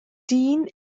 dyn